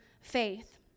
faith